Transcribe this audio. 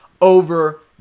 over